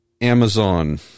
Amazon